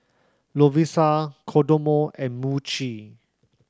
Lovisa Kodomo and Muji